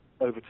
over